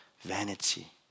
Vanity